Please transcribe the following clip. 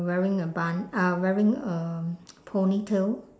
wearing a bun uh wearing um pony tail